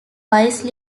vice